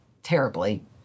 terribly